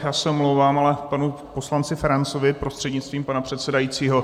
Já se omlouvám, ale k panu poslanci Ferancovi prostřednictvím pana předsedajícího.